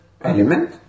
element